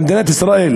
במדינת ישראל,